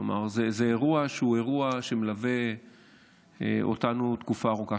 כלומר, זה אירוע שמלווה אותנו תקופה ארוכה.